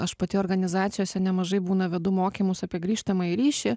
aš pati organizacijose nemažai būna vedu mokymus apie grįžtamąjį ryšį